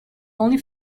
only